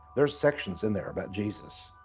there are sections in there about jesus.